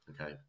Okay